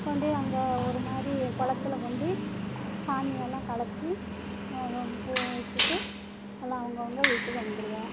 கொண்டு அங்கே ஒரு மாதிரி குளத்துல கொண்டு சாமியெல்லாம் கலைச்சி பூ விட்டுட்டு எல்லாம் அவுங்கவங்க வீட்டுக்கு வந்துடுவோம்